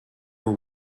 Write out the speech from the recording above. were